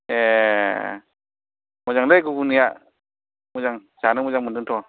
ए मोजांलै घुगुनिया मोजां जानो मोजां मोन्दोंथ'